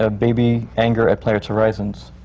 ah baby anger at playwrights horizons.